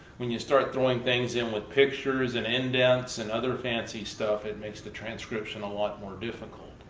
when you start throwing things in with pictures and indents and other fancy stuff it makes the transcription a lot more difficult.